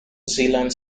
zealand